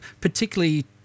particularly